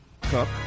cup